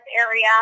area